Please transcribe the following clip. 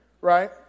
right